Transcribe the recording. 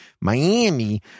Miami